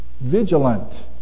vigilant